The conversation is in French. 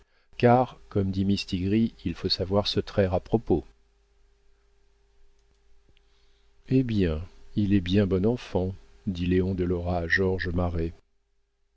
car comme dit mistigris il faut savoir se traire à propos eh bien il est bien bon enfant dit léon de lora